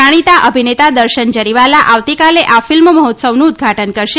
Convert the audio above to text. જાણીતાં અભિનેતા દર્શન જરીવાલા આવતીકાલે આ ફિલ્મ મહોત્સવનું ઉદઘાટન કરશે